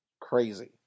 crazy